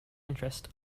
interest